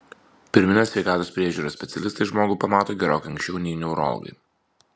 pirminės sveikatos priežiūros specialistai žmogų pamato gerokai anksčiau nei neurologai